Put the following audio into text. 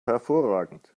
hervorragend